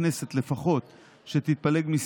בגלל שזה בנט, ואתם השתעבדתם אליו?